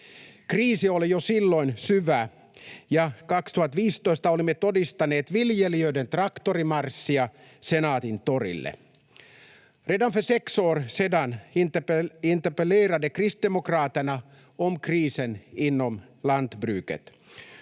Kriisi oli jo silloin syvä, ja 2015 olimme todistaneet viljelijöiden traktorimarssia Senaatintorille. Redan för sex år sedan interpellerade kristdemokraterna om krisen inom lantbruket.